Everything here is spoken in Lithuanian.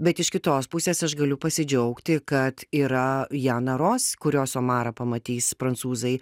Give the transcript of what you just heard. bet iš kitos pusės aš galiu pasidžiaugti kad yra jana ros kurios omarą pamatys prancūzai